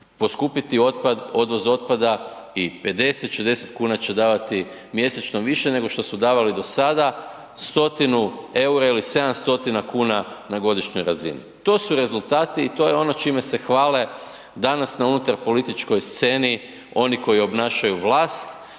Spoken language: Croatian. poskupiti otpad, odvoz otpada i 50, 60 kuna će davati mjesečno više nego što su davali do sada 100-tinu EUR-a ili 700-tina kuna na godišnjoj razini. To su rezultati i to je ono čime se hvale danas na unutar političkoj sceni oni koji obnašaju vlast